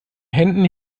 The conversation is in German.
händen